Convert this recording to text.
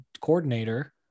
coordinator